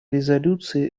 резолюции